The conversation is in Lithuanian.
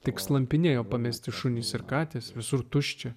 tik slampinėjo pamesti šunys ir katės visur tuščia